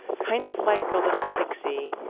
kind of like a little pixie,